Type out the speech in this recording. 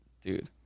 Dude